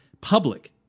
public